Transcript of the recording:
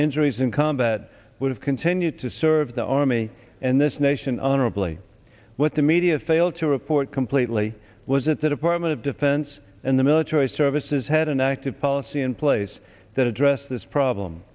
injuries in combat would have continued to serve the army in this nation honorably what the media failed to report completely was that the department of defense and the military services had an active policy in place that address this problem